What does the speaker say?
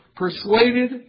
Persuaded